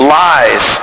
lies